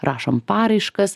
rašom paraiškas